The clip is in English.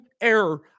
error